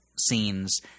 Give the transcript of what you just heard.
scenes